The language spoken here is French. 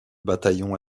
bataillon